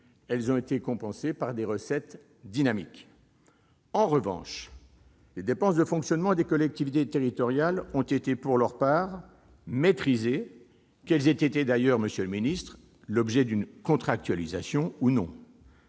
hausses ont été compensées par des recettes dynamiques. En revanche, les dépenses de fonctionnement des collectivités territoriales ont été pour leur part maîtrisées, indépendamment du fait, d'ailleurs, qu'elles aient fait ou non l'objet d'une contractualisation.